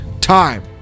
time